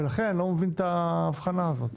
ולכן אני לא מבין את ההבחנה הזאת.